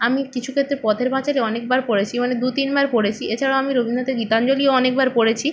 আমি কিছু ক্ষেত্রে পথের পাঁচালী অনেক বার পড়েছি মানে দু তিন বার পড়েছি এছাড়াও আমি রবীন্দ্রনাথের গীতাঞ্জলিও অনেক বার পড়েছি